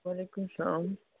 وعلیکُم سلام